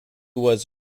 was